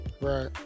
Right